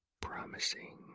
promising